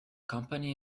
company